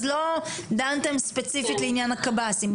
אז לא דנתם ספציפית לעניין הקב"סים.